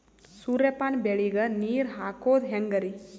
ಸೂರ್ಯಪಾನ ಬೆಳಿಗ ನೀರ್ ಹಾಕೋದ ಹೆಂಗರಿ?